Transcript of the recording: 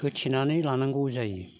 होथेनानै लानांगौ जायो